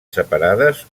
separades